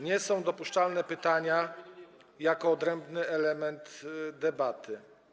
Nie są dopuszczalne pytania jako odrębny element debaty.